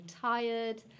tired